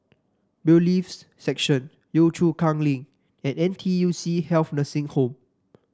Bailiffs' Section Yio Chu Kang Link and N T U C Health Nursing Home